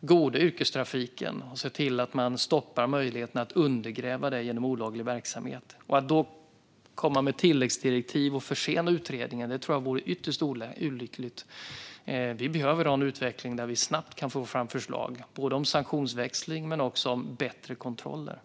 god yrkestrafik och se till att man stoppar möjligheten att undergräva det genom olaglig verksamhet? Att då komma med tilläggsdirektiv och försena utredningen tror jag vore ytterst olyckligt. Vi behöver ha en utveckling där vi snabbt kan få fram förslag både om sanktionsväxling och om bättre kontroller.